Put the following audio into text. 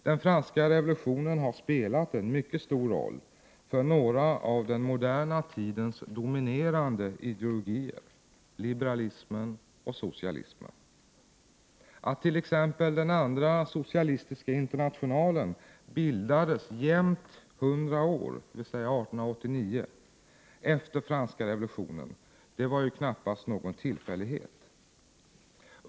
Den franska revolutionen har spelat en mycket stor roll för några av den moderna tidens dominerande ideologier — liberalismen och socialismen. Att t.ex. den andra socialistiska internationalen bildades jämt hundra år efter franska revolutionen, dvs. 1889, var knappast någon tillfällighet.